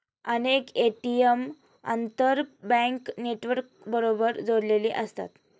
अनेक ए.टी.एम आंतरबँक नेटवर्कबरोबर जोडलेले असतात